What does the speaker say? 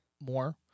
more